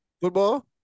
Football